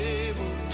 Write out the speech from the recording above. able